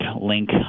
link